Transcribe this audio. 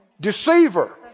deceiver